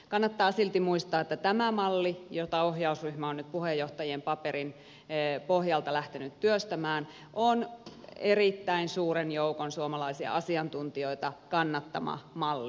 kannattaa silti muistaa että tämä malli jota ohjausryhmä on nyt puheenjohtajien paperin pohjalta lähtenyt työstämään on erittäin suuren joukon suomalaisia asiantuntijoita kannattama malli